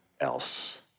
else